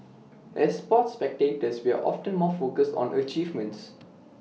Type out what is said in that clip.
as sports spectators we are often more focused on achievements